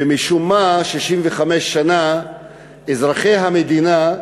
ומשום מה 65 שנה אזרחי המדינה,